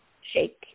shake